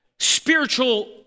Spiritual